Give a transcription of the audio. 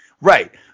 Right